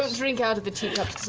drink out of the teacups,